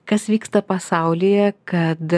kas vyksta pasaulyje kad